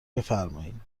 بفرمایین